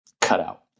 cutout